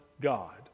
God